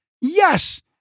yes